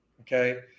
okay